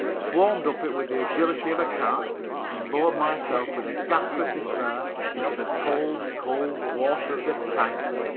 swarmed up it with the agility of a cat and lowered myself with a gasp of despair into the cold, cold water of the tank.